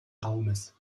raumes